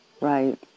Right